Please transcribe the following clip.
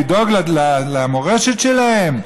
לדאוג למורשת שלהם?